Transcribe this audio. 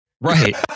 right